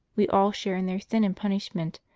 we all share in their sin and punishment,